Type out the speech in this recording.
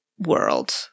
World